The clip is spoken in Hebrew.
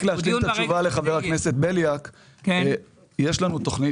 רק להשלים את התשובה לחבר הכנסת בליאק: יש לנו תוכנית